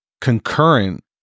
concurrent